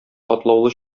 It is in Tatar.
катлаулы